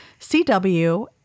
CW